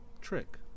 Trick